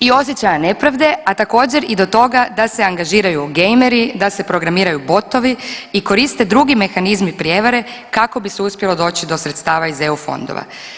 i osjećaja nepravde, a također i do toga da se angažiraju gameri, da se programiraju botovi i koriste drugi mehanizmi prijevare kako bi se uspjelo doći do sredstava iz EU fondova.